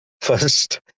first